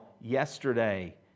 yesterday